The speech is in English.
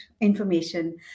information